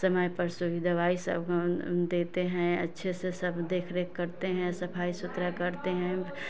समय पर सुवी दवाई सब देते हैं अच्छे से सब देख रेख करते हैं सफाई सुथरा करते हैं